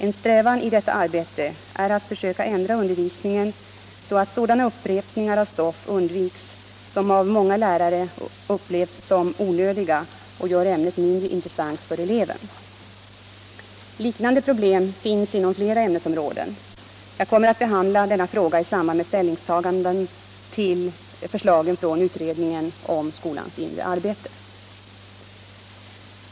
En strävan i detta arbete är att försöka ändra undervisningen i syfte att undvika sådana upprepningar av stoff som av många lärare upplevs som onödiga och gör ämnet mindre intressant för eleven. Liknande problem finns inom flera ämnesområden. Jag kommer att behandla denna fråga i samband med ställningstagande till förslagen från utredningen om skolans inre arbete.